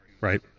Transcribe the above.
right